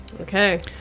Okay